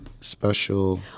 special